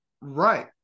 right